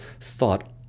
thought